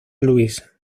louis